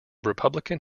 republican